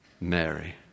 Mary